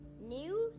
News